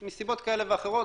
מסיבות כאלה ואחרות